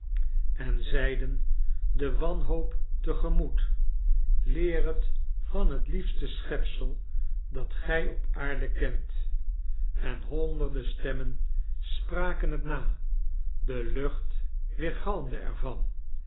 en zeiden de wanhoop te gemoet leer het van het lief ste schepsel dat gij op aarde kent en hdnderden steimmen spraken het na de lucht